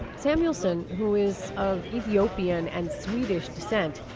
samuelsson, who is of ethiopian and swedish descent,